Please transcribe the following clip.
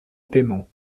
paiement